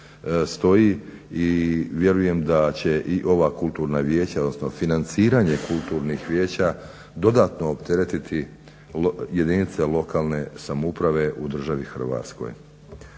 stoji. I vjerujem da će i ova kulturna vijeća, odnosno financiranje kulturnih vijeća dodatno opteretiti jedinice lokalne samouprave u državi Hrvatskoj.